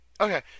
Okay